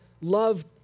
love